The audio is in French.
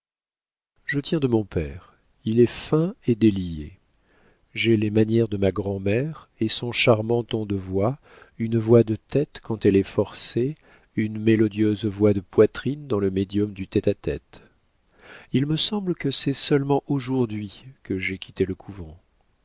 je tiens de mon père il est fin et délié j'ai les manières de ma grand'mère et son charmant ton de voix une voix de tête quand elle est forcée une mélodieuse voix de poitrine dans le médium du tête-à-tête il me semble que c'est seulement aujourd'hui que j'ai quitté le couvent